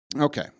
Okay